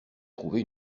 trouver